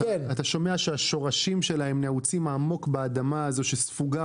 אתה שומע שהשורשים שלהם נעוצים עמוק באדמה הזו שספוגה